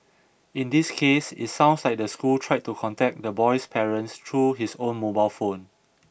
in this case it sounds like the school tried to contact the boy's parents through his own mobile phone